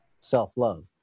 self-love